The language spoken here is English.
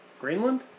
Greenland